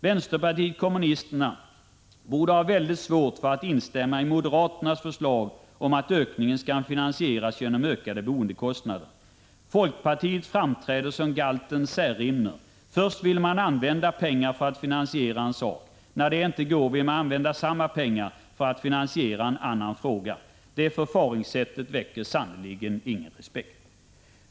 Vänsterpartiet kommunisterna borde ha mycket svårt för att instämma i moderaternas förslag om att ökningen skall finansieras genom ökade boendekostnader. Folkpartiet framträder som galten Särimner. Först vill man använda pengar för att finansiera en sak, och sedan vill man använda samma pengar för att finansiera någonting annat. Det förfaringssättet väcker sannerligen ingen respekt.